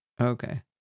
Okay